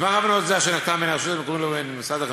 מסמך הבנות זה אשר נחתם בין הרשות המקומית לבין משרד החינוך,